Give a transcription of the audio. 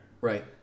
Right